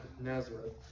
Nazareth